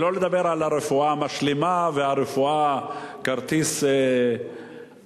שלא לדבר על הרפואה המשלימה וכרטיס זהב.